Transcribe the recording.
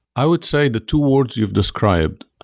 i would say the two words you've described,